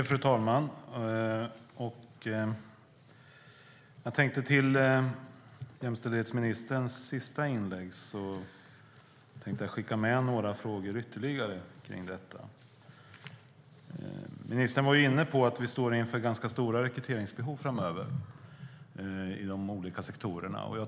Fru talman! Till jämställdhetsministerns sista inlägg tänkte jag skicka med en fråga. Ministern var inne på att vi står inför stora rekryteringsbehov framöver i de olika sektorerna.